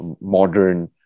modern